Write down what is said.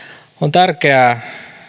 tärkeää